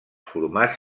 formats